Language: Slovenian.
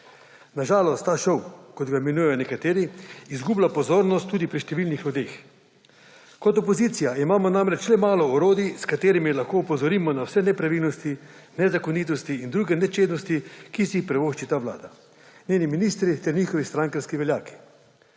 Na žalost ta šov, kot ga imenujejo nekateri, izgublja pozornost tudi pri številnih ljudeh. Kot opozicija imamo namreč le malo orodij, s katerimi lahko opozorimo na vse nepravilnosti, nezakonitosti in druge nečednosti, ki si jih privošči ta vlada, njeni ministri ter njihovi strankarski veljaki.